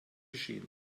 geschehens